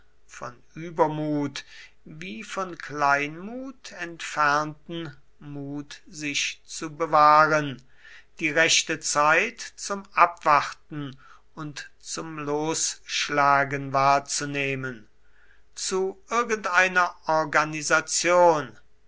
von übermut wie von kleinmut entfernten mut sich zu bewahren die rechte zeit zum abwarten und zum losschlagen wahrzunehmen zu irgendeiner organisation